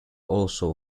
also